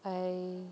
I